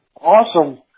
Awesome